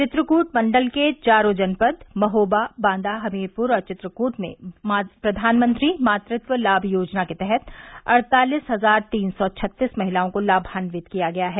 चित्रकूट मंडल के चारों जनपद महोबा बांदा हमीरपुर और चित्रकूट में प्रधानमंत्री मातृत्व लाम योजना के तहत अड़तालीस हज़ार तीन सौ छत्तीस महिलाओं को लामान्वित किया गया है